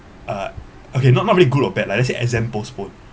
uh okay not not really good or bad lah let's say exam postpone